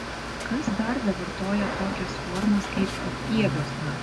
kas dar bevartoja tokias formas kaip papieviuosna